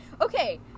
Okay